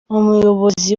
umuyobozi